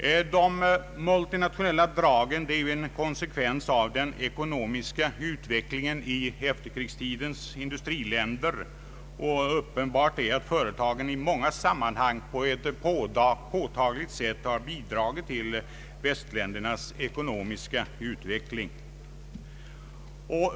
De multinationella dragen är en konsekvens av den ekonomiska utvecklingen i efterkrigstidens industriländer, och uppenbart är att företagen i många sammanhang på ett påtagligt sätt bidrar till västländernas ekonomiska utveckling.